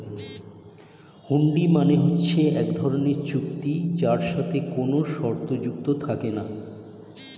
হুন্ডি মানে হচ্ছে এক ধরনের চুক্তি যার সাথে কোনো শর্ত যুক্ত থাকে না